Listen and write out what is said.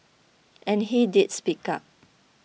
and he did speak up